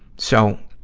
so,